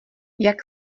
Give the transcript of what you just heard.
jak